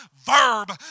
verb